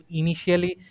initially